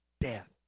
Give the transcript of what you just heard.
death